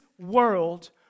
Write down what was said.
world